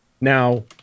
Now